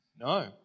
No